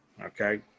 okay